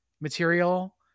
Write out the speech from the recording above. material